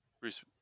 Bruce